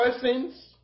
persons